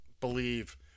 believe